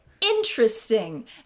interesting